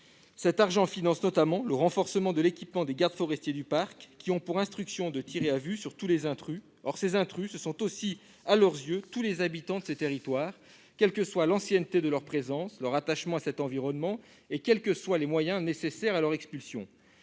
versé finance notamment le renforcement de l'équipement des gardes forestiers du parc, qui ont pour instruction de tirer à vue sur tous les intrus. Or ces derniers sont aussi, à leurs yeux, tous les habitants de ces territoires, quels que soient l'ancienneté de leur présence, leur attachement à cet environnement et les moyens nécessaires à leur expulsion